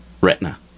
Retina